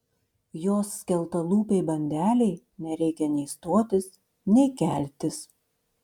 jos skeltalūpei bandelei nereikia nei stotis nei keltis